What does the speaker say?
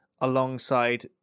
alongside